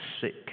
sick